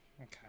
okay